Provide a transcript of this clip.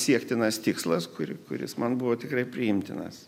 siektinas tikslas kuri kuris man buvo tikrai priimtinas